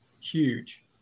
huge